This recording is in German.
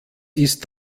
ist